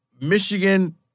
Michigan